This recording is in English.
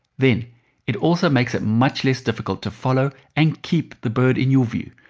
then it also makes it much less difficult to follow and keep the bird in your view.